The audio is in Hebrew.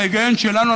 בהיגיון שלנו,